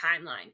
timeline